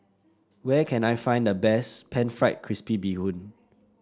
where can I find the best pan fried crispy Bee Hoon